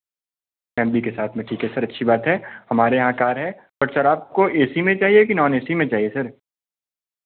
family के साथ में ठीक है सर अच्छी बात है हमारे यहाँ कार है बट सर आपको ए सी में चाहिये या नॉन ए सी में चाहिये सर